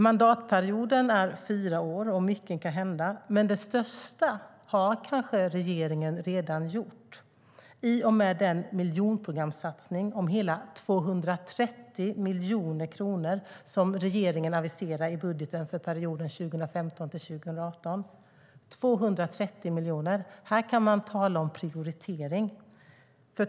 Mandatperioden är fyra år, och mycket kan hända. Men det största har kanske regeringen redan gjort i och med den miljonprogramssatsning om hela 230 miljoner kronor som regeringen aviserar i budgeten för perioden 2015-2018. Här kan man tala om prioritering.